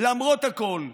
למרות הכול,